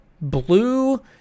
blue